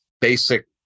basic